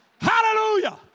Hallelujah